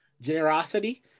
generosity